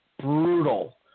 Brutal